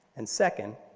and second,